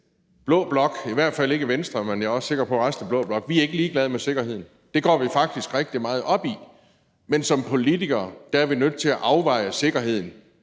blå blok – i hvert fald i Venstre, men jeg er også sikker på i resten af blå blok – ikke er ligeglade med sikkerheden, for det går vi faktisk rigtig meget op i. Men som politikere er vi nødt til at afveje sikkerheden